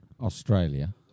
Australia